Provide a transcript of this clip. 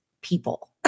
people